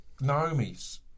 Naomi's